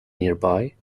nearby